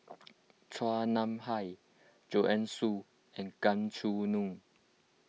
Chua Nam Hai Joanne Soo and Gan Choo Neo